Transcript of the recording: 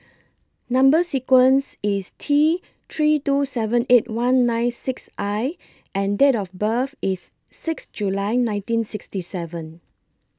Number sequence IS T three two seven eight one nine six I and Date of birth IS six July nineteen sixty seven